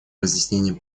разъяснением